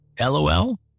LOL